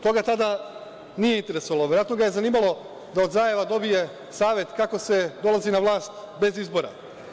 Toga tada nije interesovalo, verovatno ga je zanimalo da od Zaeva dobije savet kako se dolazi na vlast bez izbora.